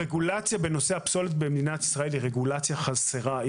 הרגולציה בנושא הפסולת במדינת ישראל היא רגולציה חסרה,